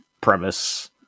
premise